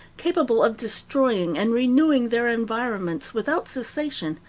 capable of destroying and renewing their environments without cessation,